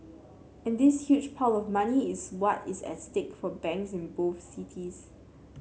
and this huge pile of money is what is at stake for banks in both cities